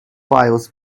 files